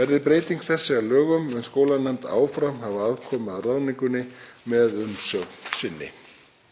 Verði breyting þessi að lögum mun skólanefnd áfram hafa aðkomu að ráðningunni með umsögn sinni.